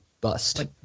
bust